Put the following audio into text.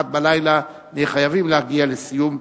אחת בלילה נהיה חייבים להגיע לסיום.